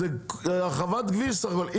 זאת הרחבת כביש בסך הכול.